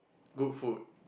good food